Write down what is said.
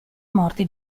morte